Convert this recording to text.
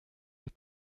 des